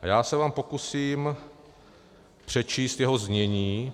A já se vám pokusím přečíst jeho znění.